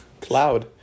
Cloud